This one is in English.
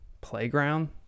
playground